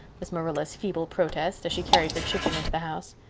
was marilla's feeble protest, as she carried her chicken into the house.